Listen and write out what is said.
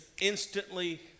instantly